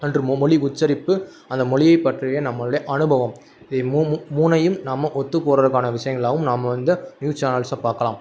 அன்று மொ மொழி உச்சரிப்பு அந்த மொழியைப் பற்றிய நம்மளுடைய அனுபவம் இது மு மு மூணையும் நம்ம ஒத்துப் போகிறதுக்கான விஷயங்களாவும் நாம் வந்து நியூஸ் சேனல்ஸை பார்க்கலாம்